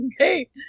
okay